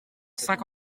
saint